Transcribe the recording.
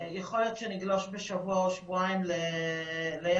יכול להיות שנגלוש בשבוע-שבועיים לינואר.